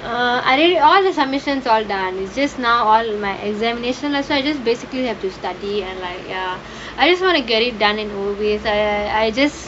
err I did all the submissions all done just now all my examination just basically have to study and like ya I just want to get it done in movies err I just